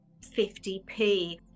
50p